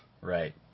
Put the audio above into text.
Right